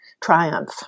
triumph